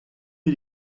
wir